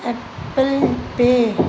apple pay